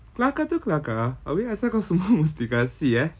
kelakar tu kelakar abeh asal kau semua mesti kasih eh